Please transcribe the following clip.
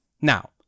Now